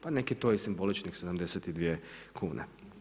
Pa nek je to i simboličnih 72 kune.